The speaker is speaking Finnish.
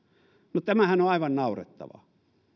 no tämähän on aivan naurettavaa